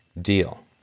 deal